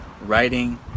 writing